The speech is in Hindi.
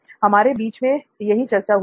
हमारे बीच में यही चर्चा हुई थी